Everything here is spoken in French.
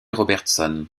robertson